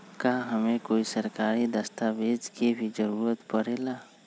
का हमे कोई सरकारी दस्तावेज के भी जरूरत परे ला?